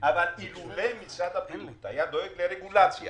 אילולא משרד הבריאות היה דואג לרגולציה